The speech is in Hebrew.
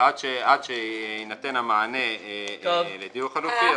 ועד שיינתן המענה לדיור חלופי,